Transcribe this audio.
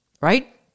right